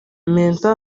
mento